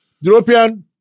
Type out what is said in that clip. European